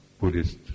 Buddhist